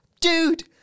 dude